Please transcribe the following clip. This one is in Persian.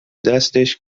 دستش